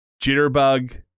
jitterbug